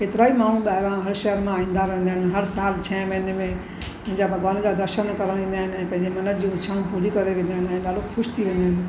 केतिरा ही माण्हू ॿाहिरां हर शहर मां ईंदा रहंदा आहिनि हर साल छ महीने में मुंहिंजा भॻवानु जा दर्शन करणु ईंदा आहिनि ऐं पंहिंजे मन जी इच्छाऊं पूरी करे वेंदा आहिनि ऐं ॾाढो ख़ुशि थी वेंदा आहिनि